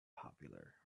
popular